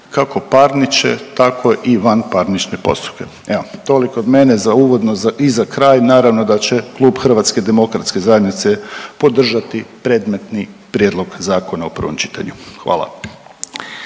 kako parniče, tako i vanparnične postupke. Evo toliko od mene za uvodno i za kraj, naravno da će Klub HDZ-a podržati predmetni prijedlog zakona u prvom čitanju, hvala.